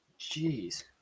Jeez